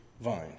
vine